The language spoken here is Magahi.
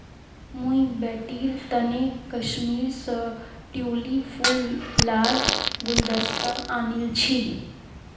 मुई बेटीर तने कश्मीर स ट्यूलि फूल लार गुलदस्ता आनील छि